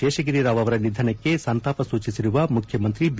ಶೇಷಗಿರಿರಾವ್ ಅವರ ನಿಧನಕ್ಕೆ ಸಂತಾಪ ಸೂಚಿಸಿರುವ ಮುಖ್ಯಮಂತ್ರಿ ಬಿ